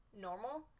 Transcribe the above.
normal